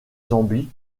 zambie